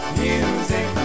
music